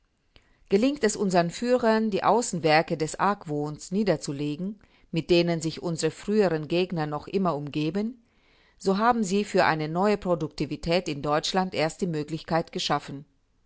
gelingt es unsern führern die außenwerke des argwohns niederzulegen mit denen sich unsere früheren gegner noch immer umgeben so haben sie für eine neue produktivität in deutschland erst die möglichkeit geschaffen